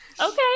Okay